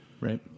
Right